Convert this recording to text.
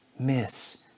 Miss